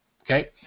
okay